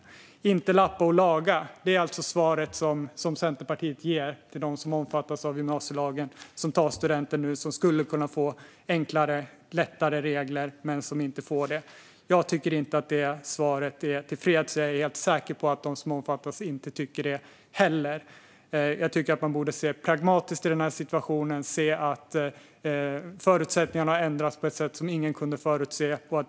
Vi ska inte lappa och laga. Det är det svar som Centerpartiet ger till dem som omfattas av gymnasielagen och tar studenten nu och som skulle kunna få enklare och lättare regler men som inte får det. Jag är inte tillfreds med det svaret. Jag är helt säker på att de som omfattas inte heller är det. Jag tycker att man borde se pragmatiskt på det i den här situationen. Förutsättningarna har ändrats på ett sätt som ingen hade kunnat förutse.